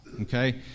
okay